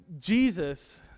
Jesus